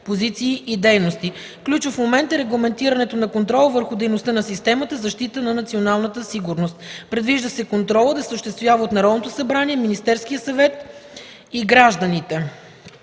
позиции, и дейности. Ключов момент е регламентирането на контрола върху дейността на системата за защита на националната сигурност. Предвижда се контролът да се осъществява от Народното събрание, Министерския съвет и гражданите.